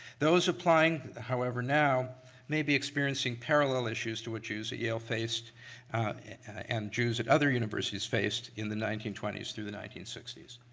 those applying, however, now may be experiencing parallel issues to which jews at yale faced and jews at other universities faced in the nineteen twenty s through the nineteen sixty s.